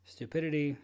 Stupidity